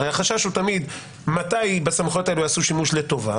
הרי החשש הוא תמיד מתי יעשו שימוש לטובה